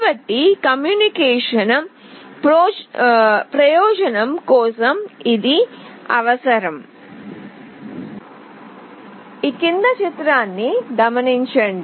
కాబట్టి కమ్యూనికేషన్ ప్రయోజనం కోసం ఇది అవసరం